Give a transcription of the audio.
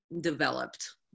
developed